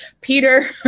Peter